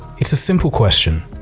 it's a simple question!